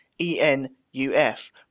E-N-U-F